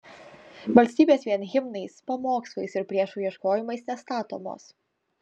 valstybės vien himnais pamokslais ir priešų ieškojimais nestatomos